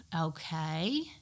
okay